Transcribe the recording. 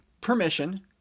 permission